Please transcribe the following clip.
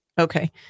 Okay